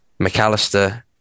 McAllister